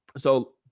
so,